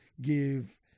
give